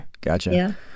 gotcha